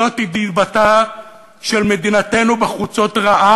זוהי דיבתה של מדינתנו רעה בחוצות,